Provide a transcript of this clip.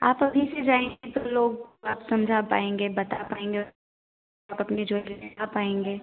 आप अभी से जाएँगे तो लोग आप समझा पाएँगे बता पाएँगे और आप अपनी ज्वेलरी ला पाएँगे